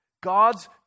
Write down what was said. God's